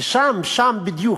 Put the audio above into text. ושם, שם בדיוק,